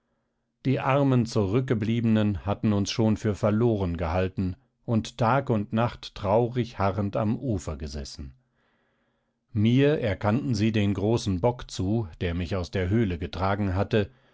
die armen zurückgebliebenen hatten uns schon für verloren gehalten und tag und nacht traurig harrend am ufer gesessen mir erkannten sie den großen bock zu der mich aus der höhle getragen hatte